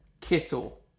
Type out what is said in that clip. Kittle